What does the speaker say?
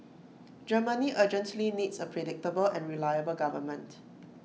Germany urgently needs A predictable and reliable government